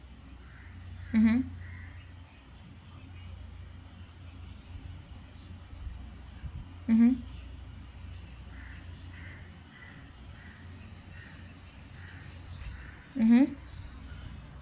mmhmm mmhmm mmhmm